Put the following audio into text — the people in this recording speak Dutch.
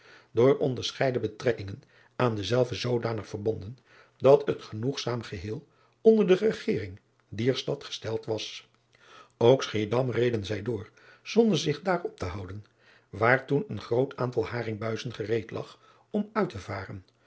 door onderscheiden betrekkingen aan dezelve zoodanig verbonden dat het genoegzaam geheel onder de egering dier stad gesteld was ok chiedam reden zij door zonder zich daar op te houden waar toen een groot aantal haringbuizen gereed lag om uit te varen